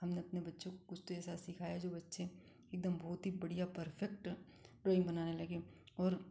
हमनें अपने बच्चों को कुछ तो ऐसा सिखाया जो बच्चे एकदम बहुत ही बढ़िया परफेक्ट ड्राइंग बनाने लगे और